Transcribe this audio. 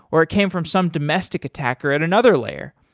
or it came from some domestic attack or at another layer.